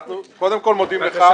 אנחנו מודים לך.